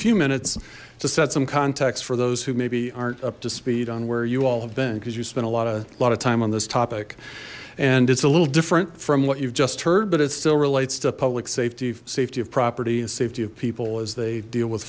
few minutes to set some context for those who maybe aren't up to speed on where you all have been because you spend a lot of lot of time on this topic and it's a little different from what you've just heard but it still relates to public safety safety of property and safety of people as they deal with